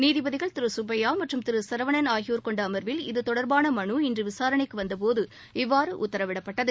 நீதிபதிகள் திரு சுப்பயா மற்றும் திரு சரவணன் ஆகியோர் கொண்ட அமர்வில் இது தொடர்பான மனு இன்று விசாரணைக்கு வந்தபோது இவ்வாறு உத்தரவிடப்பட்டது